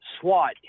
swat